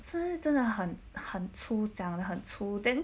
是真的很很粗脏的很粗 then